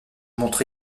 montre